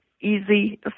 easy